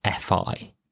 FI